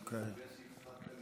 אתה מתרגש שהפסקת,